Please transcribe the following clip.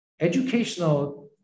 educational